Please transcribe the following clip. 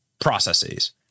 processes